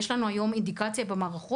יש לנו היום אינדיקציות על זה במערכות,